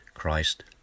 Christ